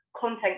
content